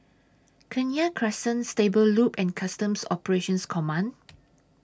Kenya Crescent Stable Loop and Customs Operations Command